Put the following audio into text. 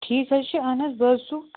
ٹھیٖک حظ چھُ اہن حظ بہٕ حظ سُو